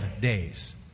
days